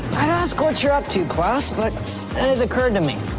i'd ask what you're up to klaus, but then it occurred to me.